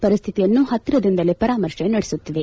ಪರಿಸ್ಥಿತಿಯನ್ನು ಪತ್ತಿರದಿಂದಲೇ ಪರಾಮರ್ಶೆನಡೆಸುತ್ತಿದೆ